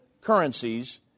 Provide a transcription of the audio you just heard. currencies